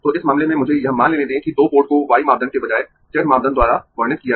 तो इस मामले में मुझे यह मान लेने दें कि दो पोर्ट को y मापदंड के बजाय Z मापदंड द्वारा वर्णित किया गया है